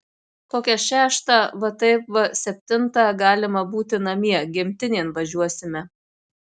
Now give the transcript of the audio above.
kokią šeštą va taip va septintą galima būti namie gimtinėn važiuosime